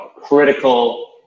critical